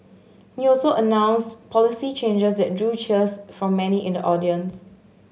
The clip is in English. he also announced policy changes that drew cheers from many in the audience